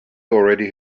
already